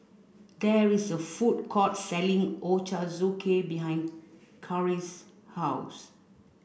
there is a food court selling Ochazuke behind Karri's house